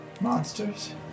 Monsters